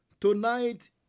Tonight